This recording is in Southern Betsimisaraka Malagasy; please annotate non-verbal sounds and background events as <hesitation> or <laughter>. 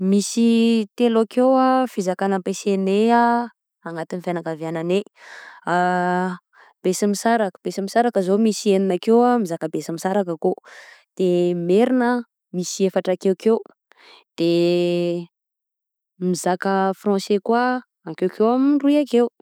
<hesitation> Misy telo akeo ny fizakana ampesanay anatin'ny fianakavignanay <hesitation> Besimisaraka, Besimisaraka zô misy enina akeo mizaka Besimisaraka akoa de Merina misy efatra akeokeo, de mizaka Français kôa akekeo amin'ny roy akeo.